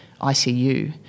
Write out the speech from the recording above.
ICU